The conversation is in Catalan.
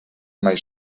mai